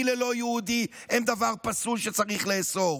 ללא יהודי הם דבר פסול שצריך לאסור,